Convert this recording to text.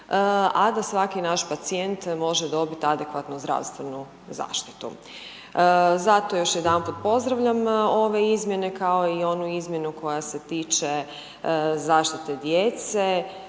a da svaki naš pacijent može dobiti adekvatno zdravstvenu zaštitu. Zato još jedanput pozdravljam ove izmjene kao i onu izmjenu koja se tiče zaštite djece